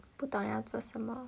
不懂要做什么